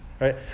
right